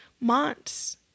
months